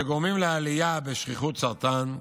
שגורמים לעלייה בשכיחות סרטן,